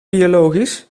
biologisch